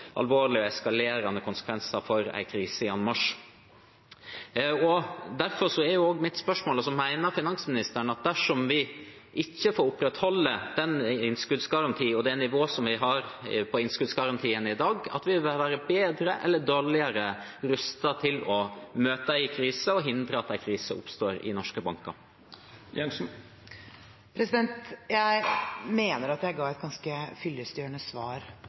alvorlige og eskalerende konsekvenser for en krise i anmarsj. Derfor er mitt spørsmål: Mener finansministeren, dersom vi ikke får opprettholde den innskuddsgarantien og det nivået vi har på innskuddsgarantien i dag, at vi vil være bedre eller dårligere rustet til å møte en krise og hindre at en krise oppstår i norske banker? Jeg mener at jeg ga et ganske fyllestgjørende svar